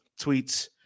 tweets